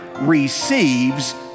receives